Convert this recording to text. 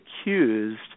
accused